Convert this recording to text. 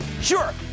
sure